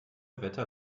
wetter